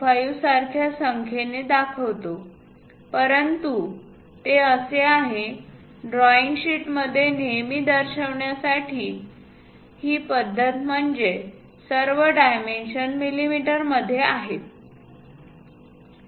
25 सारख्या संख्येने दाखवतो परंतु ते असे आहे ड्रॉईंग शीटमध्ये नेहमी दर्शविण्याची पद्धत म्हणजे सर्व डायमेन्शन मिमी मध्ये आहेत